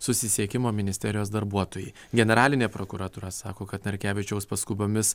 susisiekimo ministerijos darbuotojai generalinė prokuratūra sako kad narkevičiaus paskubomis